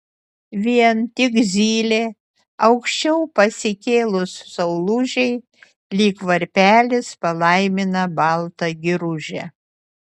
vien tik zylė aukščiau pasikėlus saulužei lyg varpelis palaimina baltą giružę